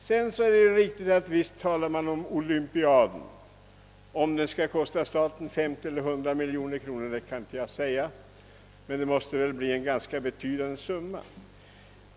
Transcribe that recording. Om anläggningarna för olympiaden kommer att kosta staten 50 eller 100 miljoner kronor vet jag inte, men det måste väl bli fråga om en ganska betydande summa.